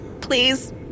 Please